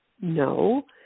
No